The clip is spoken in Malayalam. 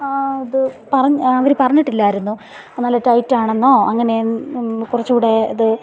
ആത് പറഞ്ഞ് അവർ പറഞ്ഞിട്ടില്ലായിരുന്നു ആ നല്ല ടൈറ്റാണെന്നോ അങ്ങനെ എന്ത് കുറച്ചുകൂടെ ഇത്